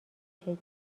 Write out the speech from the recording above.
کیک